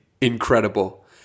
incredible